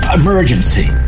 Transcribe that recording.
emergency